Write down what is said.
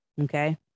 okay